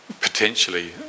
potentially